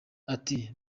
ati